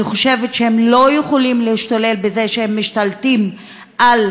אני חושבת שהם לא יכולים להשתולל בזה שהם משתלטים על